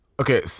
Okay